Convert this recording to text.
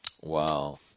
Wow